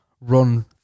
run